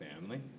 family